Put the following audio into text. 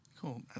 Cool